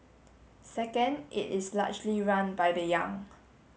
second it is largely run by the young